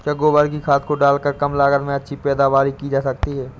क्या गोबर की खाद को डालकर कम लागत में अच्छी पैदावारी की जा सकती है?